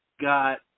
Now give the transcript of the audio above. got